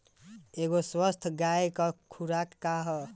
एगो स्वस्थ गाय क खुराक का ह?